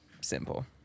simple